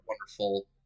wonderful